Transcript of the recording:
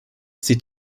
sieht